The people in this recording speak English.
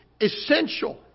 essential